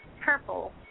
purple